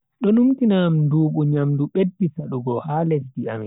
Do numtina am ndubu nyamdu beddi sadugo ha lesdi amin.